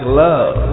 love